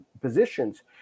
positions